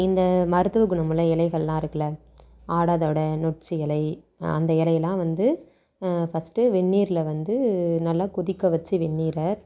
இந்த மருத்துவ குணமுள்ள இலைகளெலாம் இருக்குதுல்ல ஆடாதொடை நொச்சி இலை அந்த இலையெல்லாம் வந்து ஃபஸ்ட்டு வெந்நீரில் வந்து நல்லா கொதிக்க வச்சு வெந்நீரை